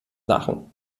lachen